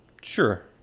Sure